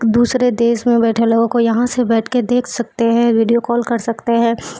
دوسرے دیش میں بیٹھے لوگوں کو یہاں سے بیٹھ کے دیکھ سکتے ہیں ویڈیو کال کر سکتے ہیں